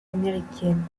américaine